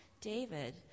David